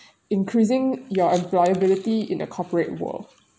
increasing your employability in the corporate world